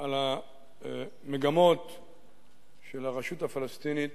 על המגמות של הרשות הפלסטינית